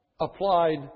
applied